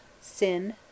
Sin